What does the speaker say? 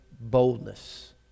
boldness